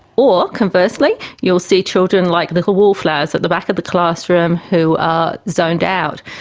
or, conversely, you'll see children like little wallflowers at the back of the classroom who are zoned out.